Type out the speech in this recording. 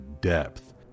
depth